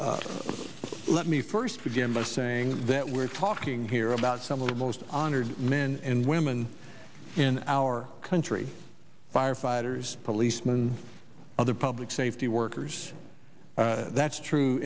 let me first begin by saying that we're talking here about some of the most honored men and women in our country firefighters policemen other public safety workers that's true